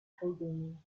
programming